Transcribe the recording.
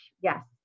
Yes